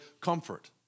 comfort